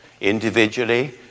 individually